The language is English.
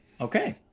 Okay